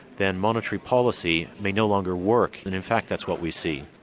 then monetary policy may no longer work, and in fact that's what we see.